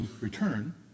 return